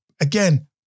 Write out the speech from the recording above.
again